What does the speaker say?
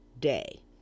day